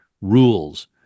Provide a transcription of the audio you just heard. rules